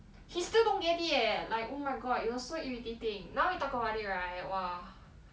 he still don't get it eh like oh my god it was so irritating now you talk about it right !wah!